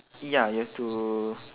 ya you have to